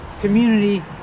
community